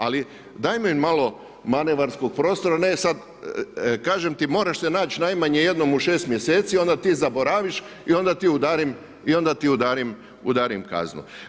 Ali dajmo im malo manevarskog prostora, ne sad kažem ti, morat se nać najmanje jednom u 6 mjeseci, onda ti zaboraviš i onda ti udarim kaznu.